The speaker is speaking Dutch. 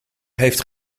heeft